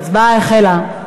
ההצבעה החלה.